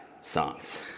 songs